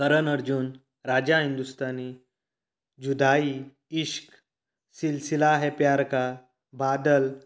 Karan Arjun Raja Hindustani Judaai Ishq Silsila Hai Pyaar Ka Badal